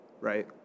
right